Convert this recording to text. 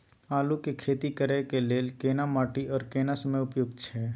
आलू के खेती करय के लेल केना माटी आर केना समय उपयुक्त छैय?